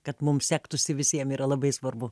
kad mum sektųsi visiem yra labai svarbu